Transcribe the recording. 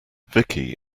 vicky